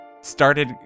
started